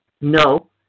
No